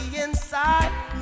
inside